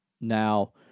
Now